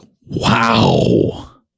wow